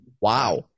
Wow